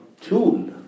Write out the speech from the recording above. tool